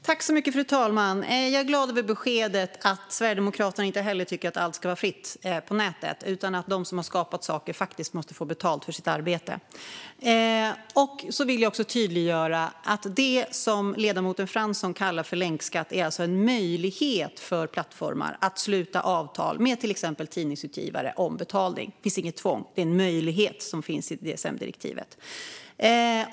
Fru talman! Jag är glad över beskedet att Sverigedemokraterna inte heller tycker att allt ska vara fritt på nätet utan att de som har skapat saker faktiskt måste få betalt för sitt arbete. Jag vill också tydliggöra att det som ledamoten Fransson kallar för länkskatt alltså är en möjlighet för plattformar att sluta avtal med till exempel tidningsutgivare om betalning. Det finns inget tvång; det är en möjlighet som finns i DSM-direktivet.